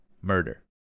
murder